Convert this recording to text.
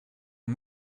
und